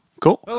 Cool